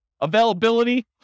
Availability